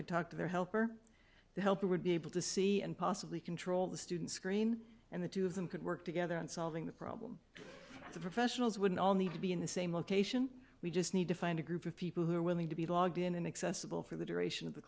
could talk to their helper helper would be able to see and possibly control the student screen and the two of them could work together on solving the problem the professionals wouldn't all need to be in the same location we just need to find a group of people who are willing to be logged in and accessible for the duration of the